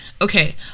Okay